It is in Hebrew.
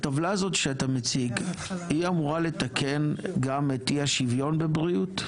הטבלה הזאת שאתה מציג אמורה לתקן גם את אי-השוויון בבריאות?